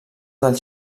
del